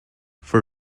for